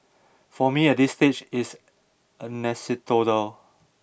for me at this stage it's anecdotal